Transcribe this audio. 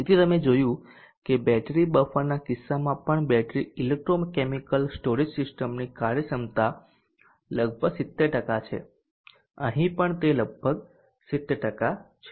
તેથી તમે જોયું કે બેટરી બફરના કિસ્સામાં પણ બેટરી ઇલેક્ટ્રોકેમિકલ સ્ટોરેજ સિસ્ટમની કાર્યક્ષમતા લગભગ 70 ટકા છે અહીં પણ તે લગભગ 70 ટકા છે